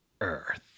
earth